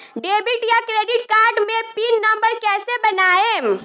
Debit या credit card मे pin number कैसे बनाएम?